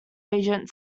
agent